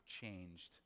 changed